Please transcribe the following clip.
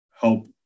help